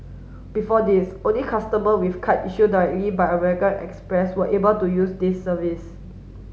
before this only customer with card issued directly by American Express were able to use this service